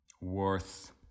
worth